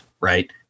right